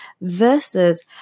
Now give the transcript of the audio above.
versus